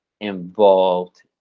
involved